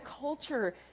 culture